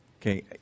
Okay